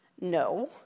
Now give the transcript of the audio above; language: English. No